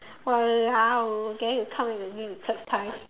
!walao! then we come back again the third time